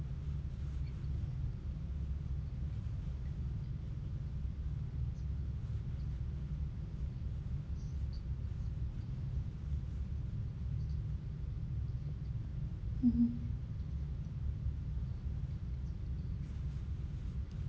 mmhmm